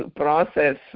process